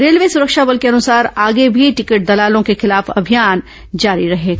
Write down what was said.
railway सुरक्षा बल के अनुसार आगे भी टिकट दलालों के खिलाफ अभियान जारी रहेगा